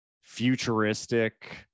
futuristic